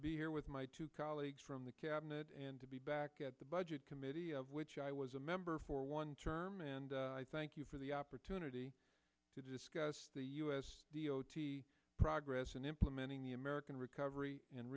be here with my two colleagues from the cabinet and to be back at the budget committee of which i was a member for one term and i thank you for the opportunity to discuss the u s progress in implementing the american recovery and